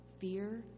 fear